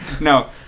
No